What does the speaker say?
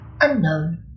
unknown